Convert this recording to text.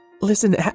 Listen